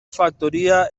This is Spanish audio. factoría